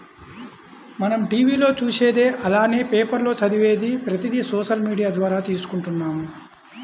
మనం టీవీ లో చూసేది అలానే పేపర్ లో చదివేది ప్రతిది సోషల్ మీడియా ద్వారా తీసుకుంటున్నాము